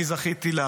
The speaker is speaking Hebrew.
אני זכיתי להעביר